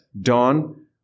Dawn